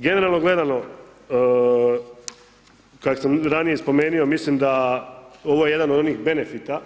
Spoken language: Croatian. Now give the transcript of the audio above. Generalno gledano, kad sam ranije spomenuo, mislim da, ovo je jedan od onih benefita